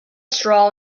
straw